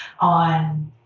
on